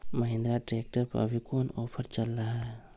Mahindra tractor पर अभी कोन ऑफर चल रहा है?